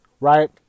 right